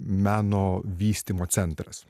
meno vystymo centras